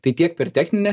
tai tiek per techninę